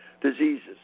diseases